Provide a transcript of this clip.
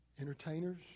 Entertainers